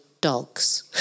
dogs